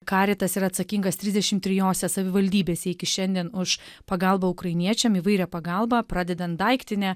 karitas yra atsakingas trisdešimt trijose savivaldybėse iki šiandien už pagalbą ukrainiečiam įvairią pagalbą pradedant daiktinę